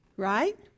right